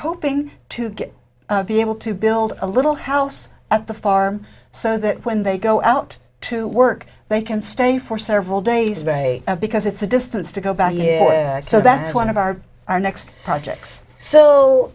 hoping to get be able to build a little house at the farm so that when they go out to work they can stay for several days they have because it's a distance to go back so that's one of our our next projects so